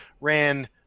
ran